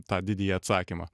tą didįjį atsakymą